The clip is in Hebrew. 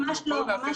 ממש לא.